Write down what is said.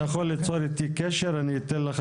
אתה יכול ליצור איתי קשר ואני אתן לך